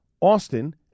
Austin